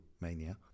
mania